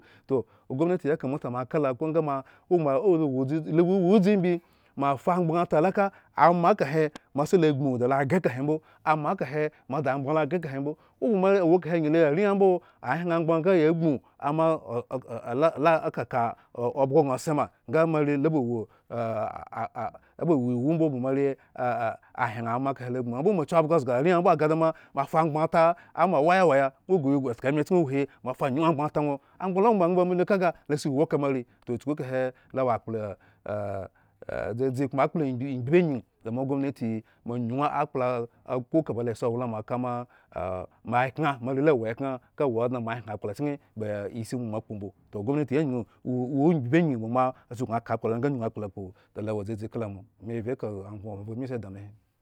Toh ogomnati ya kamata moaka lo akpo ga moa o moa owo lo dzudz lo lo wodzi imbi moafa amgbaŋ ta la ka ama kahe. mbo oma lowo kahe angyile areyan mbo ahyen amgbaŋ nga tsema nga moala-la-kaka obhgo gna tsema nga moare loba wo aaa oba woiwu mbo ba moare aa ahyen ama kahelo agboŋ ambo omo akyuabu abhgo kahe zga arenan mbo agadama mo afa amgban ata amah wayawaya nwo ghre eh ya tka emachken uhuhi moafa anyuŋ amgban ta nwo amg baŋ lo wo. ma nga mbo le kaga lose iwu ta moare toh chuku lo wo akplo a adzadzi koma akpla. amgigbibi angyi damo ogomnati mo anyuŋ yakpla akpo koloasi owlama ka moa moekŋa moare la wo ekŋa. ko wo moakpo mbo toh gomnati angyi oh owo mgbi bi angyi ba mo asuknu ka akplalo nga anyuŋ akpla lo nga anyuŋ akplakpo dalowo dzdzi kala mo, me vye ka gboŋ anvah bmi si da me.